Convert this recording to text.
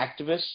activists